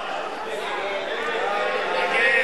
מסדר-היום את הצעת חוק לתיקון פקודת התעבורה (קטע כביש מסוכן),